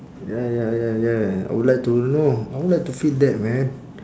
ya ya ya ya I would like to know I would like to feel that man